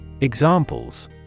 Examples